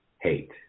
hate